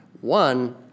one